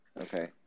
Okay